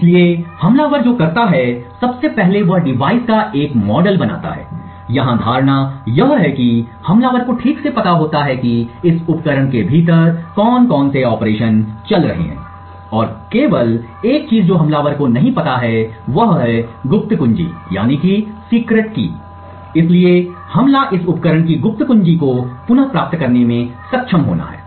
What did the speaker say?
इसलिए हमलावर जो करता है सबसे पहले वह डिवाइस का एक मॉडल बनाता है यहाँ धारणा यह है कि हमलावर को ठीक से पता होता है कि इस उपकरण के भीतर कौन कौन से ऑपरेशन चल रहे हैं और केवल एक चीज जो हमलावर को नहीं पता है वह है गुप्त कुंजी इसलिए हमला इस उपकरण की गुप्त कुंजी को पुनः प्राप्त करने में सक्षम होना है